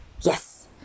Yes